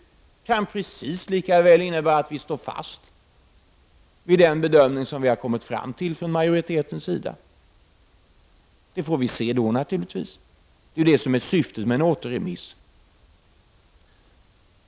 Det kan precis lika väl innebära att vi står fast vid den bedömning som vi har kommit fram till från majoritetens sida — det får vi naturligtvis se då. Det är det som är syftet med en återremiss.